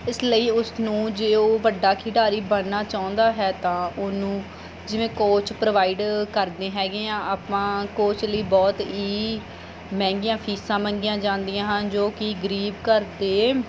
ਇਸ ਲਈ ਉਸ ਨੂੰ ਜੇ ਉਹ ਵੱਡਾ ਖਿਡਾਰੀ ਬਣਨਾ ਚਾਹੁੰਦਾ ਹੈ ਤਾਂ ਉਹਨੂੰ ਜਿਵੇਂ ਕੋਚ ਪ੍ਰੋਵਾਈਡ ਕਰਦੇ ਹੈਗੇ ਆ ਆਪਾਂ ਕੋਚ ਲਈ ਬਹੁਤ ਹੀ ਮਹਿੰਗੀਆਂ ਫੀਸਾਂ ਮੰਗੀਆਂ ਜਾਂਦੀਆਂ ਹਨ ਜੋ ਕਿ ਗਰੀਬ ਘਰ ਦੇ